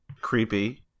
creepy